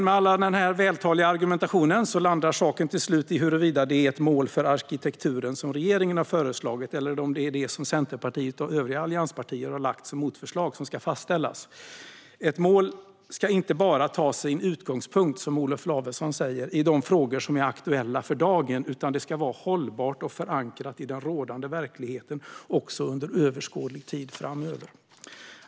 Med all denna vältaliga argumentation landar dock saken till slut i huruvida det är det mål för arkitekturen som regeringen har föreslagit eller om det är det som Centerpartiet och övriga allianspartier har lagt fram som motförslag som ska fastställas. Ett mål ska som Olof Lavesson säger inte bara ta sin utgångspunkt i de frågor som är aktuella för dagen, utan det ska vara hållbart och förankrat i den rådande verkligheten också under överskådlig tid framöver.